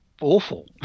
awful